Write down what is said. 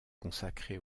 consacré